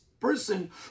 Person